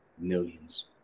millions